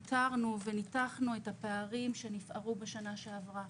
ניטרנו וניתחנו את הפערים שנפערו בשנה שעברה.